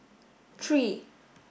three